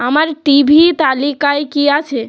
আমার TV তালিকায় কী আছে